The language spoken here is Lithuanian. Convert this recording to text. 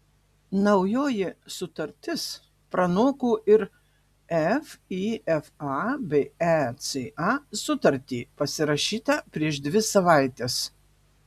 naujoji sutartis pranoko ir fifa bei eca sutartį pasirašytą prieš dvi savaites